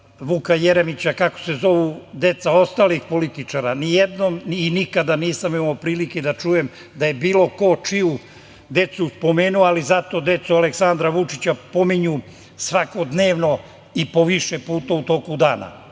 Vuka Jeremića, kako se zovu deca ostalih političara? Ni jednom, nikada nisam imao prilike da čujem da je bilo ko čiju decu spomenuo, ali zato decu Aleksandra Vučića pominju svakodnevno i po više puta u toku dana. To